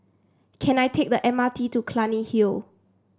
can I take the M R T to Clunny Hill